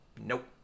Nope